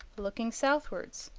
looking southwards,